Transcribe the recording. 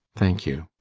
thank you.